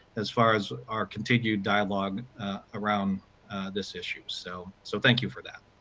as far as our continued dialogue around this issue, so so thank you for that.